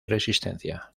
resistencia